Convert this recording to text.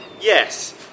yes